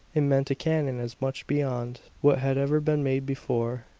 it meant a cannon as much beyond what had ever been made before,